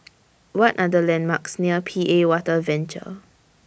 What Are The landmarks near P A Water Venture